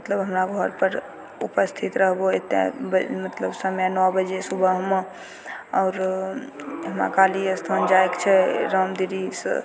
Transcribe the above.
मतलब हमरा घरपर उपस्थित रहबहो एते मतलब नओ बजे सुबहमे आओर हमरा कहलियै से तु जायके छै रामदिरीसँ